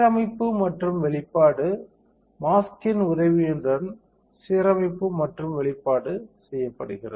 சீரமைப்பு மற்றும் வெளிப்பாடு மாஸ்க்கின் உதவியுடன் சீரமைப்பு மற்றும் வெளிப்பாடு செய்யப்படுகிறது